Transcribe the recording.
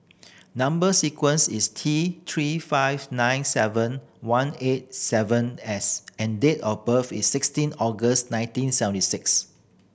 number sequence is T Three five nine seven one eight seven S and date of birth is sixteen August nineteen seventy six